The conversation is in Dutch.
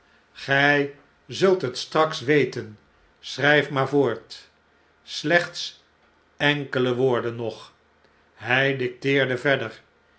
gij zult het straksweten schrh'f maar voort slechts enkele woorden nog hjj dicteerde verder